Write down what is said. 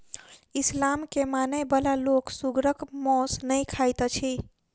इस्लाम के मानय बला लोक सुगरक मौस नै खाइत अछि